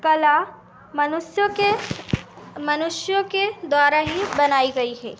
कला मनुष्यों के मनुष्यों के द्वारा ही बनाई गई है